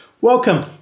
Welcome